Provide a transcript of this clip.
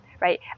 right